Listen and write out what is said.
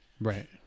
Right